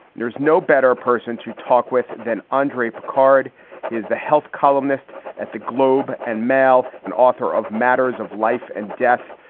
there's no better person to talk with than andre picard is the health columnist at the globe and mail and author of matters of life and death.